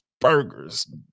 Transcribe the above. burgers